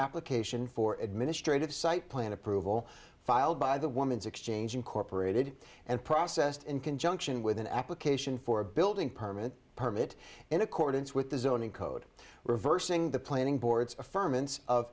application for administrative site plan approval filed by the woman's exchange incorporated and processed in conjunction with an application for a building permit permit in accordance with the zoning code reversing the planning boards